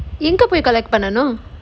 எங்க போய்:enga poi collect பண்ணனும்:pannanum